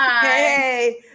Hey